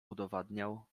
udowadniał